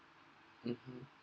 mmhmm